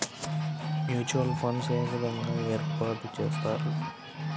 Mutual funds ఏ విధంగా ఏర్పాటు చేస్తారు?